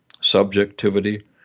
subjectivity